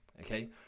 Okay